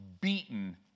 beaten